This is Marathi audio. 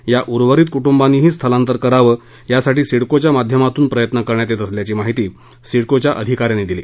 या उर्वरित कुटुंबांनीही स्थलांतर करावं यासाठी सिडकोच्या माध्यमातून प्रयत्न करण्यात येत असल्याची माहिती सिडको अधिका यांनी दिली